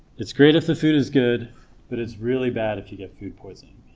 it's great if the food is good but it's really bad if you get food poisoning